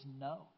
no